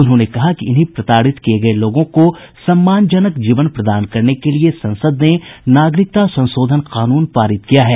उन्होंने कहा कि इन्हीं प्रताड़ित किये गये लोगों को सम्मानजक जीवन प्रदान करने के लिये संसद ने नागरिकता संशोधन कानून पारित किया है